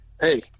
Hey